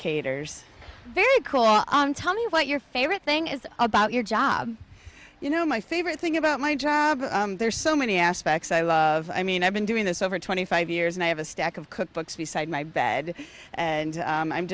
caters very cool on tell me what your favorite thing is about your job you know my favorite thing about my job there's so many aspects i mean i've been doing this over twenty five years and i have a stack of cookbooks beside my bed and i'm